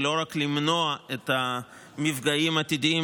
ולא רק למנוע את המפגעים העתידיים,